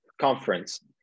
conference